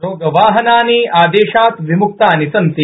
रोगिवाहियानान् आदेशात् विम्क्तानि सन्ति